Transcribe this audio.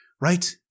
Right